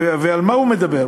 ועל מה הוא מדבר?